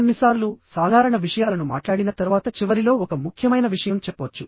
కొన్నిసార్లు సాధారణ విషయాలను మాట్లాడిన తర్వాత చివరిలో ఒక ముఖ్యమైన విషయం చెప్పవచ్చు